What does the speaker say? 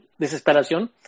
desesperación